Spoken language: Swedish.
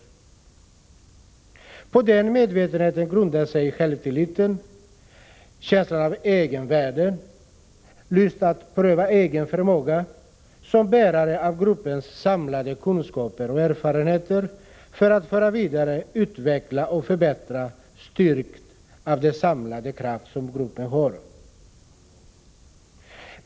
På denna medvetenhet grundar sig självtilliten, känslan av att ha ett egenvärde, lusten att pröva den egna förmågan, som bärare av gruppens samlade kunskaper och erfarenheter, för att föra vidare, utveckla och förbättra, styrkt av den samlade kraft som gruppen har.